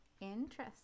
Interesting